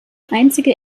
einzige